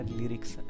lyrics